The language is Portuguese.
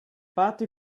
pato